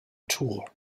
tour